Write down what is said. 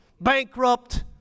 bankrupt